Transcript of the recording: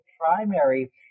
primary